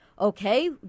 okay